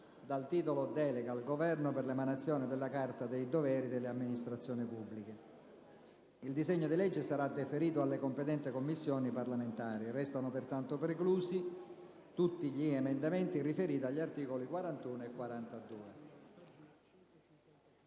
dal titolo «Delega al Governo per l'emanazione della Carta dei doveri delle amministrazioni pubbliche» (A.S. 2243-*ter*). Il disegno di legge sarà deferito alle competenti Commissioni parlamentari. Risultano pertanto preclusi tutti gli emendamenti riferiti agli articoli 41 e 42.